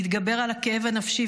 להתגבר על הכאב הנפשי,